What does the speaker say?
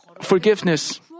forgiveness